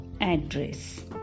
address